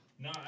No